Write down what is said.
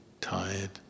tired